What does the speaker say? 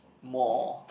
more